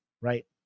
right